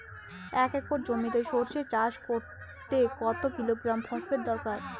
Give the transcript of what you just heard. এক একর জমিতে সরষে চাষ করতে কত কিলোগ্রাম ফসফেট দরকার?